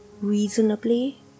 reasonably